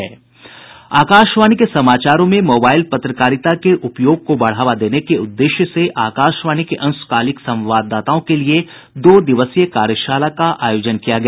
आकाशवाणी के समाचारों में मोबाइल पत्रकारिता के उपयोग को बढ़ावा देने के उद्देश्य से आकाशवाणी के अंशकालिक संवाददाताओं के लिए दो दिवसीय कार्यशाला का आयोजन किया गया